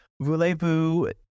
Voulez-vous